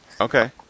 Okay